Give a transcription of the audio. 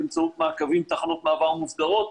באמצעות תחנות מעבר מוסדרות.